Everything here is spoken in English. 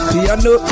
Piano